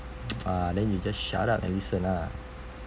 err then you just shut up and listen lah